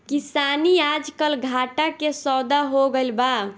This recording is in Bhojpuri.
किसानी आजकल घाटा के सौदा हो गइल बा